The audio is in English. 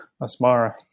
Asmara